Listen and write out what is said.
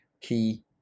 Key